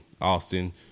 Austin